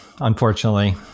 unfortunately